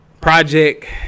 project